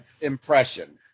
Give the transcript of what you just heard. impression